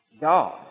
God